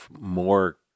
more